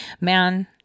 Man